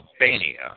Albania